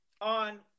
on